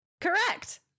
Correct